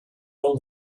all